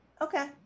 okay